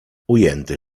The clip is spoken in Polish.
ujęty